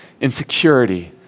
insecurity